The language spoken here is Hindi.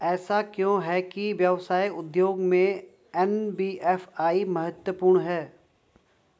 ऐसा क्यों है कि व्यवसाय उद्योग में एन.बी.एफ.आई महत्वपूर्ण है?